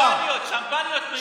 שמפניות, שמפניות מיוחדות היו שם?